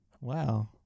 Wow